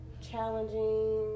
challenging